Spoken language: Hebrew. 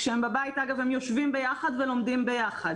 כשהם בבית, אגב, הם יושבים ביחד ולומדים ביחד.